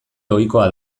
ohikoa